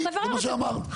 זה מה שאמרת.